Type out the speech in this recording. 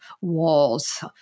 walls